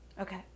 Okay